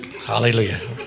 Hallelujah